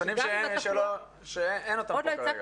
נתונים שאין אותם פה כרגע?